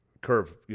curve